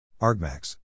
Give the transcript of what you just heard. Argmax